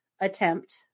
attempt